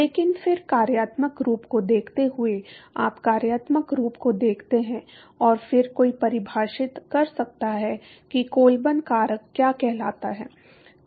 लेकिन फिर कार्यात्मक रूप को देखते हुए आप कार्यात्मक रूप को देखते हैं और फिर कोई परिभाषित कर सकता है कि कोलबर्न कारक क्या कहलाता है